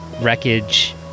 wreckage